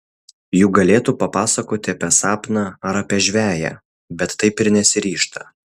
juk galėtų papasakoti apie sapną ar apie žveję bet taip ir nesiryžta